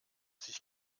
sich